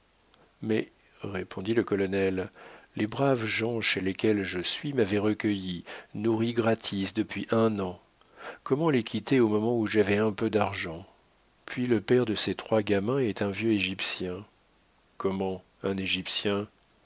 mais répondit le colonel les braves gens chez lesquels je suis m'avaient recueilli nourri gratis depuis un an comment les quitter au moment où j'avais un peu d'argent puis le père de ces trois gamins est un vieux égyptien comment un égyptien